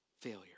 Failure